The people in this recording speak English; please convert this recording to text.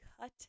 cut